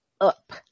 up